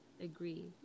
agree